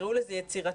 תקראו לזה יצירתית,